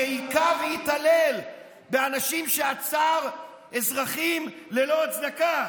שהכה והתעלל באנשים שעצר, אזרחים, ללא הצדקה.